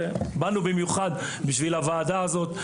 ובאני במיוחד בשביל הוועדה הזאת,